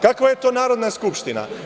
Kakva je to Narodna skupština?